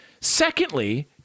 Secondly